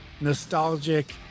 nostalgic